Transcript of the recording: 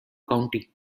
county